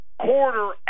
quarter